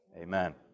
amen